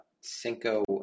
Cinco